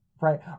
Right